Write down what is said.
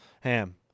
ham